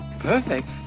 perfect